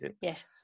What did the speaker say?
yes